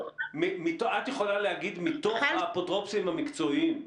את יכולה להגיד: מתוך האפוטרופוסים המקצועיים,